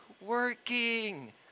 working